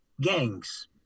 gangs